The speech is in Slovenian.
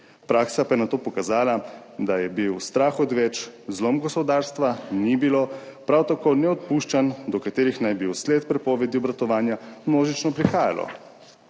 Praksa pa je nato pokazala, da je bil strah odveč, zloma gospodarstva ni bilo, prav takone odpuščanj, do katerih naj bi vsled prepovedi obratovanja množično prihajalo.